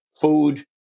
Food